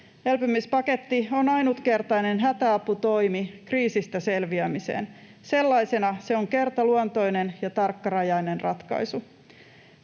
Elpymispaketti on ainutkertainen hätäaputoimi kriisistä selviämiseen. Sellaisena se on kertaluontoinen ja tarkkarajainen ratkaisu.